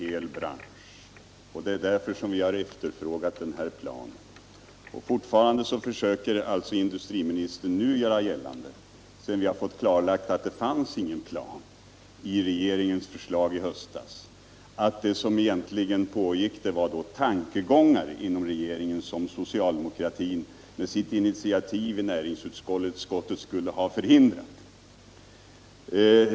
Herr talman! Det är riktigt att det här är problem för en hel bransch. Det är därför vi har efterfrågat en plan. Fortfarande försöker alltså industriministern göra gällande, sedan vi fått klarlagt att det inte fanns någon plan i regeringens förslag i höstas, att det som egentligen pågick var tankegångar inom regeringen vilkas praktiska genomförande socialdemokraterna med sitt initiativ i näringsutskottet skulle ha förhindrat.